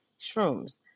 shrooms